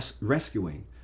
rescuing